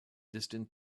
distant